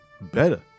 Better